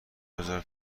بزار